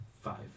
five